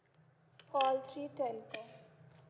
call three telco